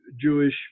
Jewish